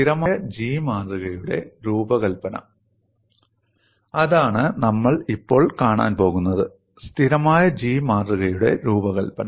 സ്ഥിരമായ G മാതൃകയുടെ രൂപകൽപ്പന അതാണ് നമ്മൾ ഇപ്പോൾ കാണാൻ പോകുന്നത് സ്ഥിരമായ G മാതൃകയുടെ രൂപകൽപ്പന